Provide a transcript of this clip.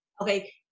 okay